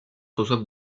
reçoivent